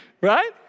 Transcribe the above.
right